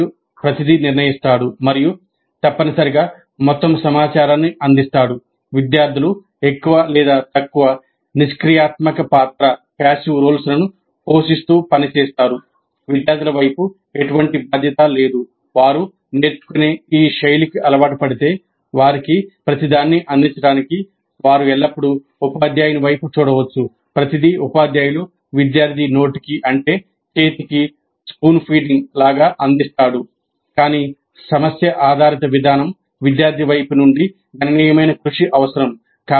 ఉపాధ్యాయుడు నిర్ణయిస్తాడు మరియు తప్పనిసరిగా మొత్తము సమాచారాన్ని అందిస్తాడు విద్యార్థులు ఎక్కువ లేదా తక్కువ నిష్క్రియాత్మక పాత్ర అందిస్తాడు కానీ సమస్య ఆధారిత విధానం విద్యార్థి వైపు నుండి గణనీయమైన కృషి అవసరం